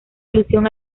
alusión